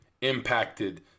impacted